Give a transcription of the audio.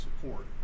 support